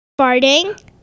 Farting